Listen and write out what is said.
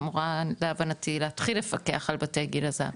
אמורה להבנתי להתחיל לפקח על בתי גיל הזהב,